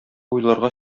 уйларга